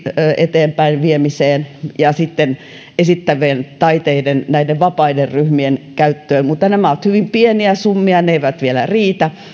eteenpäinviemiseen ja sitten esittävien taiteiden vapaiden ryhmien käyttöön mutta nämä ovat hyvin pieniä summia ne eivät vielä riitä